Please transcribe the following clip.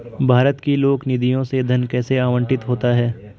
भारत की लोक निधियों से धन कैसे आवंटित होता है?